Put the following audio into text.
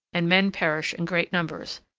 and men perish in great numbers,